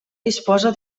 disposa